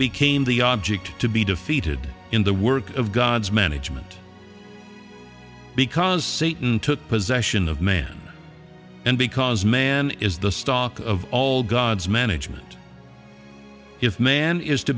became the object to be defeated in the work of god's management because satan took possession of man and because man is the stock of all god's management if man is to